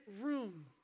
room